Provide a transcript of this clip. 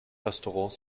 restaurants